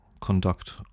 conduct